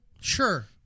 Sure